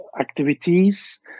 activities